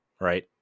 right